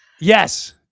Yes